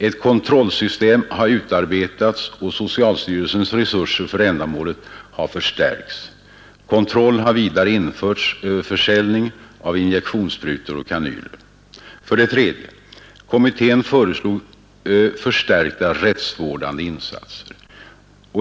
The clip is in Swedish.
Ett kontrollsystem har utarbetats, och socialstyrelsens resurser för ändamålet har förstärkts. Kontroll har vidare införts över försäljning av injektionssprutor och kanyler. 3. Kommittén föreslog vidare förstärkta rättsvårdande insatser.